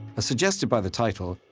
as suggested by the title,